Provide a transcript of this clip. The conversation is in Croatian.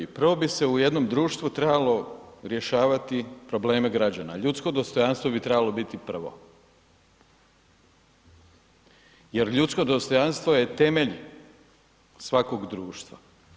Prvo bi se u jednom društvu trebalo rješavati probleme građana, ljudsko dostojanstvo bi trebalo biti prvo jer ljudsko dostojanstvo je temelj svakog društva.